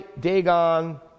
Dagon